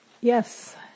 Yes